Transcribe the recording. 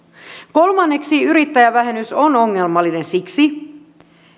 kolmanneksi yrittäjävähennys on ongelmallinen siksi